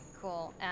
cool